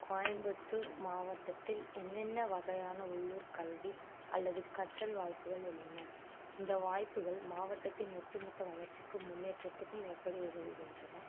கோயம்புத்தூர் மாவட்டத்தில் என்னென்ன வகையான உள்ளூர் கல்வி அல்லது கற்றல் வாய்ப்புகள் உள்ளன இந்த வாய்ப்புகள் மாவட்டத்தின் ஒட்டுமொத்த வளர்ச்சிக்கும் முன்னேற்றத்துக்கும் எப்படி உதவுகின்றன